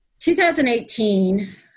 2018